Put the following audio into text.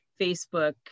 Facebook